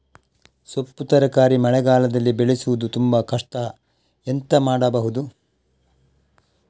ಸೊಪ್ಪು ತರಕಾರಿ ಮಳೆಗಾಲದಲ್ಲಿ ಬೆಳೆಸುವುದು ತುಂಬಾ ಕಷ್ಟ ಎಂತ ಮಾಡಬಹುದು?